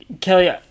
Kelly